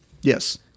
Yes